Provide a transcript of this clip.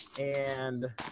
And-